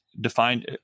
defined